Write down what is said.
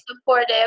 supportive